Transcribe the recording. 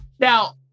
Now